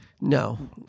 No